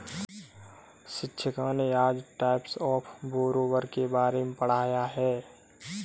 शिक्षिका ने आज टाइप्स ऑफ़ बोरोवर के बारे में पढ़ाया है